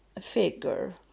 figure